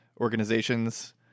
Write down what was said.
organizations